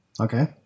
Okay